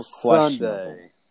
Sunday